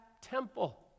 temple